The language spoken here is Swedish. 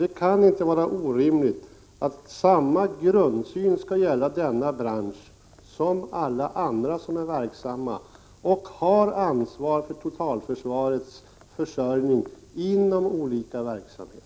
Det kan inte vara orimligt att samma grundsyn skall gälla för denna bransch som för alla andra branscher som är verksamma och har ansvar för totalförsvarets försörjning inom olika verksamheter.